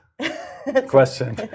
question